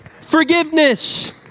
Forgiveness